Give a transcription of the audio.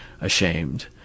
ashamed